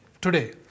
today